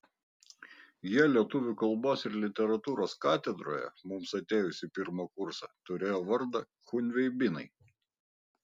jie lietuvių kalbos ir literatūros katedroje mums atėjus į pirmą kursą turėjo vardą chunveibinai